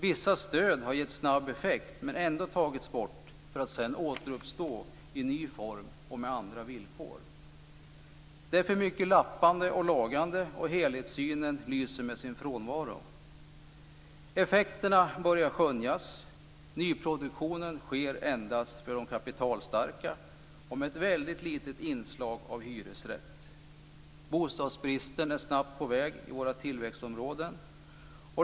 Vissa stöd har gett snabb effekt men ändå tagits bort, för att sedan återuppstå i ny form och med andra villkor. Det är för mycket lappande och lagande, och helhetssynen lyser med sin frånvaro. Effekterna börjar skönjas. Nyproduktionen sker endast för de kapitalstarka och med ett litet inslag av hyresrätt. Bostadsbrist håller på att skapas i våra tillväxtområden.